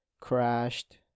crashed